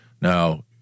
Now